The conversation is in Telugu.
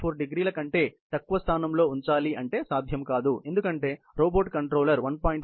4º ల కంటే తక్కువ స్థానంలో వుంచాలి అంటే సాధ్యంకాదు ఎందుకంటే రోబోట్ కంట్రోలర్ 1